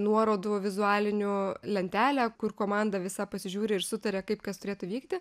nuorodų vizualinių lentelę kur komanda visa pasižiūri ir sutaria kaip kas turėtų vykti